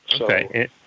Okay